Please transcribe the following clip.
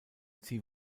sie